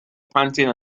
panting